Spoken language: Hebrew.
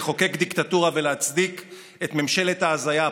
לחוקק דיקטטורה ולהצדיק את ממשלת ההזיה הפריטטית.